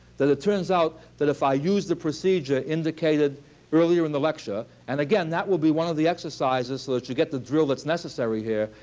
it turns out that if i use the procedure indicated earlier in the lecture and again that will be one of the exercises so that you get the drill that's necessary here,